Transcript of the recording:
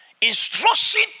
Instruction